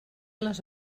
les